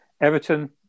Everton